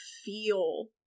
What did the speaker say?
feel